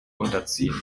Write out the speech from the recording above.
unterziehen